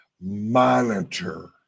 monitor